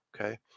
Okay